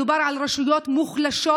מדובר על רשויות מוחלשות,